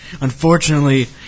unfortunately